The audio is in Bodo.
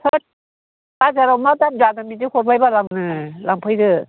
थोथ बाजाराव मा दाम जादों बिदि हरबायरा आङो लांफैदो